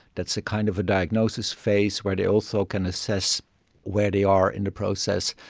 that's kind of a diagnosis phase where they also can assess where they are in the process,